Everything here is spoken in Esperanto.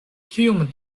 kiom